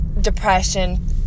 depression